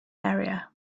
area